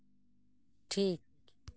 ᱴᱷᱤᱠ